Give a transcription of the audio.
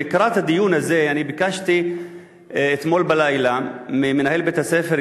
לקראת הדיון הזה אני ביקשתי אתמול בלילה ממנהל בית-הספר,